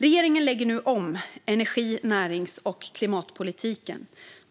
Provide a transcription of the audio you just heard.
Regeringen lägger nu om energi, närings och klimatpolitiken.